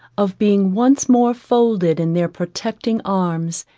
of being once more folded in their protecting arms,